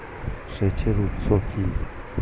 সেচের উৎস কি?